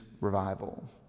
revival